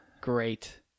Great